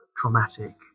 traumatic